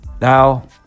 Now